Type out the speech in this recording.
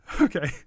Okay